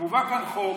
ומובא כאן חוק